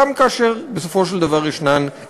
גם כאשר בסופו של דבר יש אי-הסכמות.